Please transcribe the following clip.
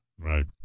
Right